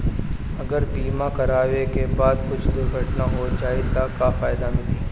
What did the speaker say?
अगर बीमा करावे के बाद कुछ दुर्घटना हो जाई त का फायदा मिली?